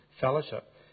fellowship